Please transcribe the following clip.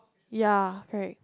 ya correct